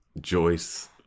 Joyce